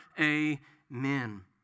Amen